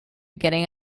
getting